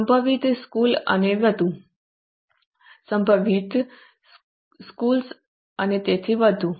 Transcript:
સંભવિત શુલ્ક અને તેથી વધુ